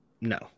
No